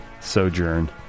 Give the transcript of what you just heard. Sojourn